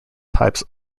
types